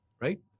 right